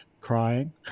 crying